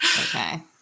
Okay